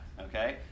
Okay